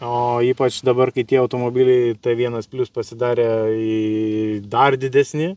o ypač dabar kai tie automobiliai vienas plius pasidarė į dar didesni